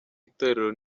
itorero